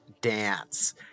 Dance